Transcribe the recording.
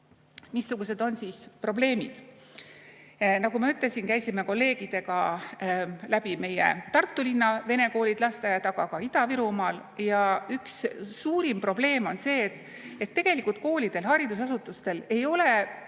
Missugused on siis probleemid? Nagu ma ütlesin, käisime kolleegidega läbi meie Tartu linna vene koolid, lasteaiad, aga ka Ida-Virumaal. Üks suurim probleem on see, et tegelikult koolidel ja haridusasutustel ei ole